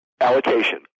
Allocation